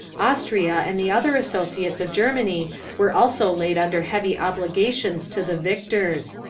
austria and the other associates of germany were also laid under heavy obligations to the victors.